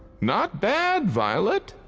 not bad, violet.